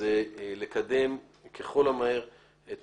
זה לקדם מהר ככל האפשר את